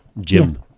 Jim